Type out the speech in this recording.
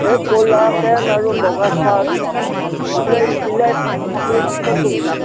এই ক'লা পেণ্ট আৰু বগা চাৰ্ট চিলাই চিলাই কাপোৰে সৈতে কিমান পৰিবনো